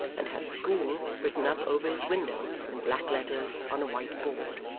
and had school written up over his window in black letters on a white board.